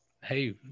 Hey